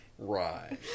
right